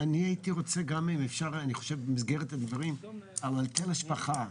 אני הייתי רוצה גם אם אפשר במסגרת הדברים על היטל השבחה.